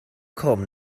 cwm